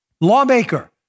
lawmaker